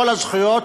כל הזכויות,